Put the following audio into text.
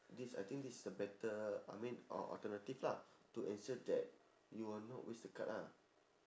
this I think this is the better I mean al~ alternative lah to ensure that you will not waste the card lah